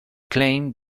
claimed